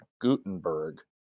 Gutenberg